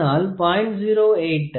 அதனால் 0